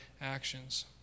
actions